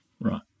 Right